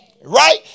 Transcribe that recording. Right